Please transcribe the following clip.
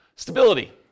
Stability